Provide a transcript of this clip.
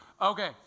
okay